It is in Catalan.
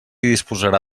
disposarà